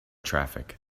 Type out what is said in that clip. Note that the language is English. traffic